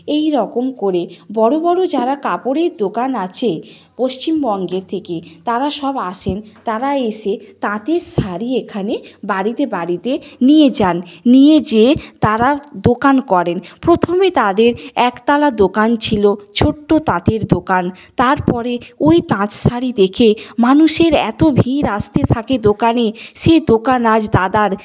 এইরকম করে বড় বড় যারা কাপড়ের দোকান আছে পশ্চিমবঙ্গের থেকে তারা সব আসেন তারা এসে তাঁতের শাড়ি এখানে বাড়িতে বাড়িতে নিয়ে যান নিয়ে যেয়ে তারা দোকান করেন প্রথমে তাদের একতলা দোকান ছিল ছোট্ট তাঁতির দোকান তারপরে ওই তাঁত শাড়ি দেখে মানুষের এতো ভিড় আসতে থাকে দোকানে সেই দোকান আজ দাদার